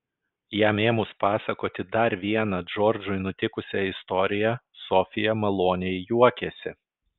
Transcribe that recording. jam ėmus pasakoti dar vieną džordžui nutikusią istoriją sofija maloniai juokėsi